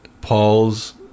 Paul's